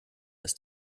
ist